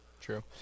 true